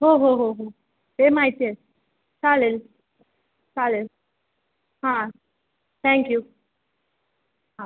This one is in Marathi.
हो हो हो हो ते माहिती आहे चालेल चालेल हां थॅंक्यू हां